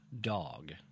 dog